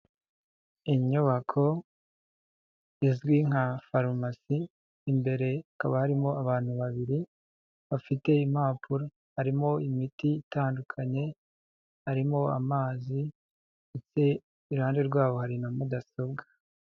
Inyubako izwi nka farumasi, imbere hakaba harimo abantu babiri bafite impapuro, harimo imiti itandukanye, harimo amazi, iruhande rwabo hari na mudasobwa.